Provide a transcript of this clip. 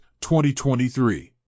2023